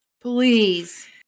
Please